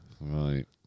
Right